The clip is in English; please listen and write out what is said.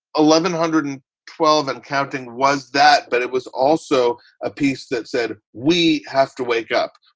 eleven hundred and twelve and counting was that. but it was also a piece that said we have to wake up.